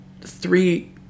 three